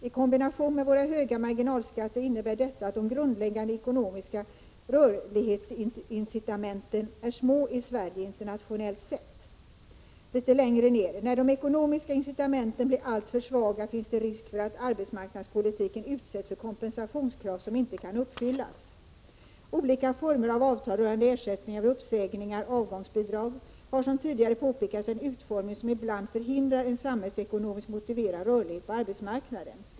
I kombination med våra höga marginalskatter innebär detta att de grundläggande ekonomiska rörlighetsincitamenten är små i Sverige, internationellt sett.” Litet längre ned står det: ”När de ekonomiska incitamenten blir alltför svaga finns det risk för att arbetsmarknadspolitiken utsätts för kompensationskrav som inte kan uppfyllas. Olika former av avtal rörande ersättningar vid uppsägningar har som tidigare påpekats en utformning som i bland förhindrar en samhällsekonomiskt motiverad rörlighet på arbetsmarknaden.